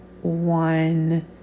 one